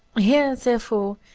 here, therefore,